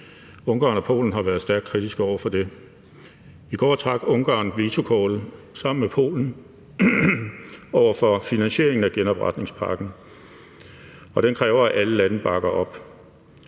Ungarn og Polen har været stærkt kritiske over for det. I går trak Ungarn vetokortet sammen med Polen over for finansieringen af genopretningspakken, og den kræver, at alle lande bakker op.